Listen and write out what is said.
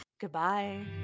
Goodbye